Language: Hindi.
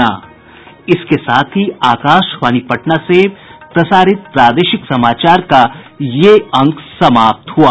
इसके साथ ही आकाशवाणी पटना से प्रसारित प्रादेशिक समाचार का ये अंक समाप्त हुआ